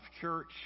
church